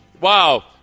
wow